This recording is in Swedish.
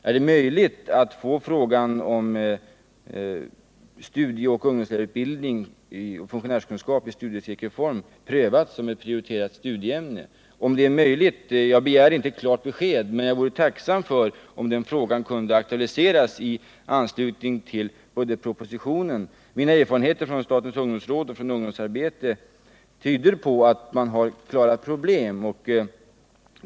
Är det möjligt att få frågan om studieoch ungdomsledarutbildning i funktionärskunskap i studiecirkelform prövad som ett prioriterat studieämne? Jag begär inte ett klart besked, men jag vore tacksam om den frågan kunde aktualiseras i anslutning till budgetpropositionen. Mina erfarenheter från statens ungdomsråd och från ungdomsarbete tyder på att man har klara problem.